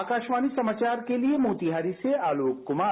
आकाशवाणी समाचार के लिए मोतिहारी से आलोक कुमार